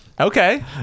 okay